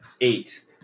Eight